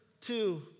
two